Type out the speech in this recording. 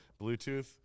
Bluetooth